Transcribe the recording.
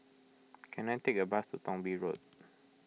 can I take a bus to Thong Bee Road